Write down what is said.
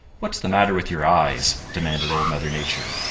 what's the matter with your eyes? demanded old mother nature.